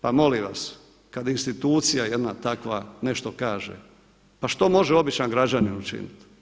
Pa molim vas, kada institucija jedna takva nešto kaže pa što može običan građanin učiniti?